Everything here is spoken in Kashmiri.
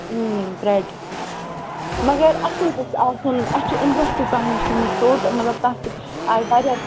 برٛیڈ مگر اَصٕل گژھِ آسُن اَسہِ چھُ امہِ برونٛہہ تہِ تۄہہِ نِش نِمٕژ ژوٚٹ مطلب تَتھ آیہِ واریاہ